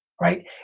right